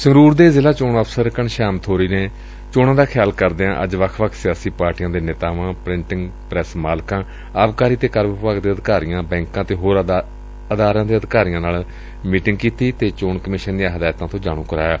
ਸੰਗਰੂਰ ਦੇ ਜ਼ਿਲ੍ਹਾ ਚੋਣ ਅਫਸਰ ਘਣਸ਼ਿਆਮ ਬੋਰੀ ਨੇ ਚੋਣਾ ਦਾ ਖਿਆਲ ਕਰਦਿਆਂ ਅੱਜ ਵੱਖ ਵੱਖ ਸਿਆਸੀ ਪਾਰਟੀਆਂ ਦੇ ਨੇਂਤਾਵਾਂ ਪ੍ਰਿੰਟਿੰਗ ਪ੍ਰੈਸ ਮਾਲਕਾਂ ਆਬਕਾਰੀ ਤੇ ਕਰ ਵਿਭਾਗ ਦੇ ਅਧਿਕਾਰੀਆਂ ਬੈਂਕਾਂ ਤੇ ਹੋਰ ਅਦਾਰਿਆਂ ਦੇ ਅਧਿਕਾਰੀਆਂ ਨਾਲ ਮੀਟਿੰਗ ਕੀਤੀ ਅਤੇ ਚੋਣ ਕਮਿਸ਼ਨ ਦੀਆਂ ਹਦਾਇਤਾਂ ਤੋਂ ਜਾਣ ਕਰਵਾਇਆ